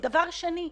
דבר שני,